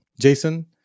Jason